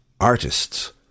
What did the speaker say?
artists